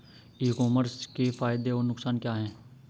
ई commerce के फायदे और नुकसान क्या हैं?